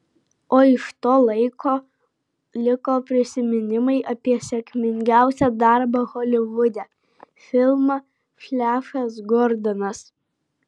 o iš to laiko liko prisiminimai apie sėkmingiausią darbą holivude filmą flešas gordonas